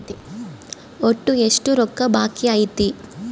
ಒಟ್ಟು ಎಷ್ಟು ರೊಕ್ಕ ಬಾಕಿ ಐತಿ?